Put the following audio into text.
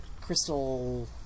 crystal